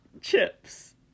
chips